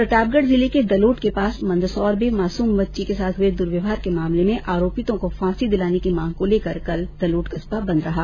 प्रतापगढ़ जिले के दलोट के पास मंदसोर में मासूम बच्ची के साथ हुए दुर्व्यवहार के मामले में आरोपितों को फांसी दिलाने की मांग को लेकर कल दलोट कस्बा बंद रहा